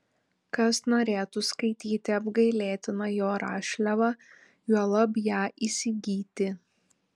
kas norėtų skaityti apgailėtiną jo rašliavą juolab ją įsigyti